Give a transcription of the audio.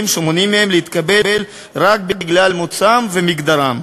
שמונעים מהם להתקבל רק בגלל מוצאם ומגדרם.